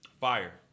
Fire